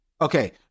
Okay